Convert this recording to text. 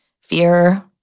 fear